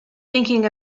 thinking